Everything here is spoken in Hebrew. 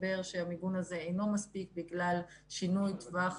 הסתבר שהמיגון הזה אינו מספיק בגלל שינוי טווח